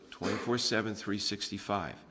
24-7-365